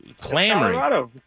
clamoring